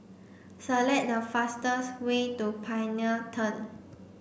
select the fastest way to Pioneer Turn